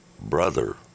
brother